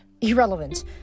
Irrelevant